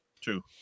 Two